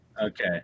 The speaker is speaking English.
okay